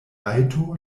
rajto